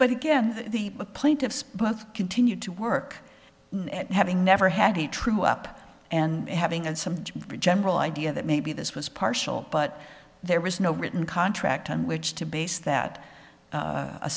but again the plaintiffs both continued to work having never had a true up and having and some general idea that maybe this was partial but there was no written contract on which to base that